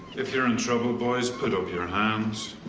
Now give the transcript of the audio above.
if you're in trouble, boys, put up your hands.